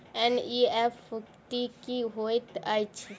NEFT की होइत अछि?